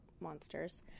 monsters